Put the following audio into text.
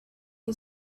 you